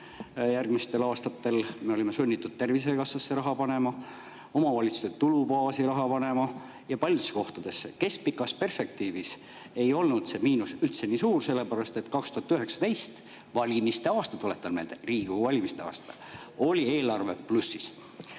Järgmistel aastatel me olime sunnitud tervisekassasse raha panema, omavalitsuste tulubaasi raha panema ja panema veel paljudesse kohtadesse. Keskpikas perspektiivis ei olnud see miinus üldse nii suur, sellepärast et 2019, valimiste aastal, tuletan meelde, Riigikogu valimiste aastal, oli eelarve plussis.